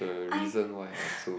I